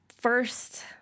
first